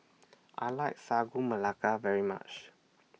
I like Sagu Melaka very much